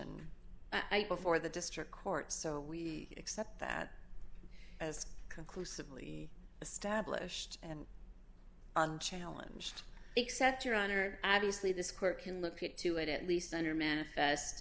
attenuation before the district court so we accept that as conclusively established and unchallenged except your honor obviously this court can look at to it at least under manifest